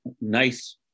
nice